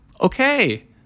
Okay